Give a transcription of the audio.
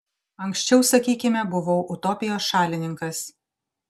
anksčiau sakykime buvau utopijos šalininkas